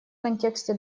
контексте